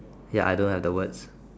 ya I don't have the words